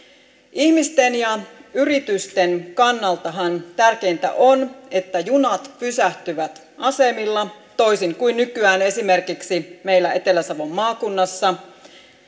ihmisten ja yritysten kannaltahan tärkeintä on että junat pysähtyvät asemilla toisin kuin nykyään esimerkiksi meillä etelä savon maakunnassa